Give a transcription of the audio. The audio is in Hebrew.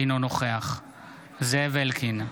אינו נוכח זאב אלקין,